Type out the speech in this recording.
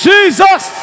Jesus